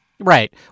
Right